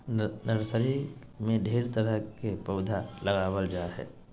nursery में ढेर तरह के पौधा लगाबल जा हइ